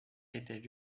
était